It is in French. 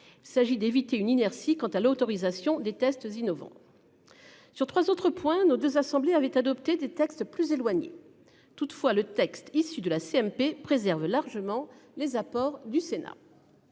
s'agit d'éviter une inertie quant à l'autorisation des tests innovants. Sur 3 autres points nos deux assemblées avaient adopté des textes plus éloignés. Toutefois le texte issu de la CMP préserve largement les apports du Sénat.